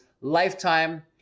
lifetime